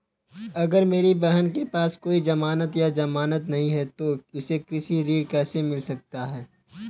अगर मेरी बहन के पास कोई जमानत या जमानती नहीं है तो उसे कृषि ऋण कैसे मिल सकता है?